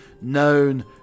known